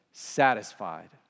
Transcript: satisfied